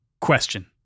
question